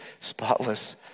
spotless